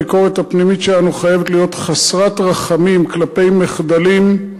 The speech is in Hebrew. הביקורת הפנימית שלנו חייבת להיות חסרת רחמים כלפי מחדלים,